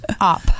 up